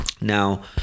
Now